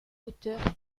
auteurs